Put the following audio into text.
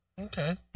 Okay